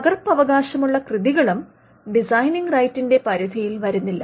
പകർപ്പവകാശമുള്ള കൃതികളും ഡിസൈനിംഗ് റൈറ്റിന്റെ പരിധിയിൽ വരുന്നില്ല